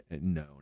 no